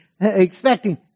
expecting